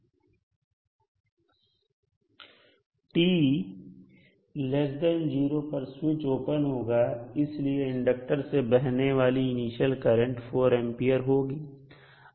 t0 पर switch open होगा इसलिए इंडक्टर से बहने वाली इनिशियल करंट 4A होगी